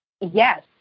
Yes